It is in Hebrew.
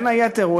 בין היתר,